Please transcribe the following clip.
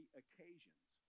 occasions